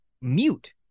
mute